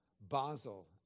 Basel